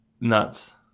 nuts